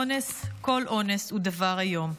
אונס, כל אונס, הוא דבר איום.